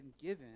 given